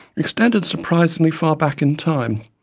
extend surprisingly far back in time.